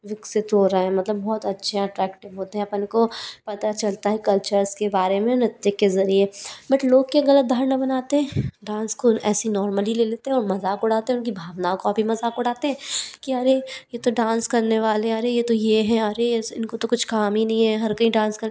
विकसित हो रहें हैं मतलब बहुत अच्छे अट्रैक्टिव होते हैं अपन को पता चलता है कल्चर्स के बारे में नृत्य के ज़रिए बट लोग क्या ग़लत धारणा बनाते हैं डांस को ऐसे नॉर्मली ले लेते हैं और मज़ाक उड़ाते हैं उनकी भावनाओं का भी मज़ाक उड़ाते हैं कि अरे ये तो डांस करने वाले अरे ये तो ये हैं अरे एसे इनको तो कुछ काम ही नहीं है हर कहीं डांस कर